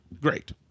Great